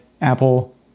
apple